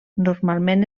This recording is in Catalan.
normalment